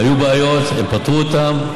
היו בעיות ופתרו אותן.